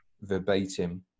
verbatim